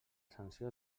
sanció